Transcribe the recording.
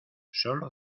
solo